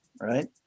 right